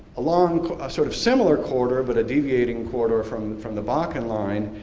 along a sort of similar corridor, but a deviating corridor from from the bakken line,